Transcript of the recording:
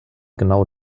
genau